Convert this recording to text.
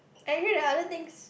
actually there are other things